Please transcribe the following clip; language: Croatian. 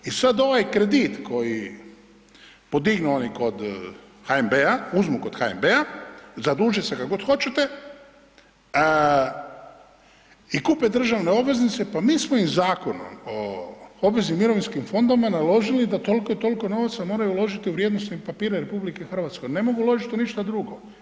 I sad ovaj kredit koji podignu oni kod HNB-a, uzmu kod HNB-a, zaduže se, kako god hoćete, i kupe državne obveznice, pa mi smo im Zakonom o obveznim mirovinskim fondovima naložili da toliko i toliko novaca moraju uložiti u vrijednosnim papirima RH, ne mogu uložiti u ništa drugo.